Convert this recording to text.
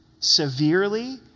severely